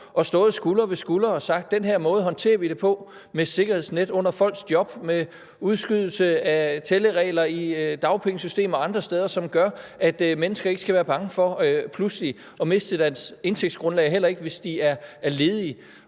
og stået skulder ved skulder og sagt: Den her måde håndterer vi det på, med sikkerhedsnet under folks job, med udskydelse af tælleregler i dagpengesystemet og andre steder, som gør, at mennesker ikke skal være bange for pludselig at miste deres indtægtsgrundlag, heller ikke hvis de er ledige.